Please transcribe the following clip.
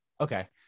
Okay